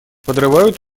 подрывают